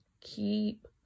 keep